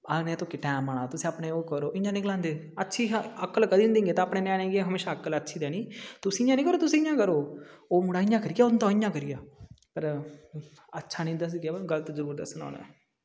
time आया तुस अपने ओह् करो इं'या निं गलांदे अच्छा अकल कदें निं देङन ते अपने ञ्यानें गी हमेशा अकल अच्छी देनी तुस इ'यां निं करो तुस इ'यां करो ओह् मुड़ा इ'यां करी गेआ उं'दा इ'यां करी गेआ पर अच्छा निं दस्सगे पर गलत जरूर दस्सना उ'नें